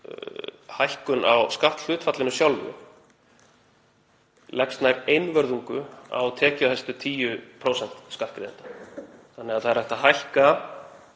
hækkun á skatthlutfallinu sjálfu leggst nær einvörðungu á tekjuhæstu 10% skattgreiðenda. Það er þannig hægt að hækka